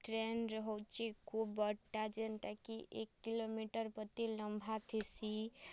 ଟ୍ରେନ୍ରେ ହେଉଛେ ଖୁବ୍ ବଡ଼୍ଟା ଯେନ୍ଟା କି ଏକ୍ କିଲୋମିଟର୍ ପ୍ରତି ଲମ୍ବା ଥିସି